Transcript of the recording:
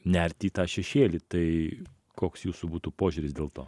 nerti į tą šešėlį tai koks jūsų būtų požiūris dėl to